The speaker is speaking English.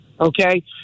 Okay